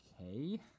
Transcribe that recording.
Okay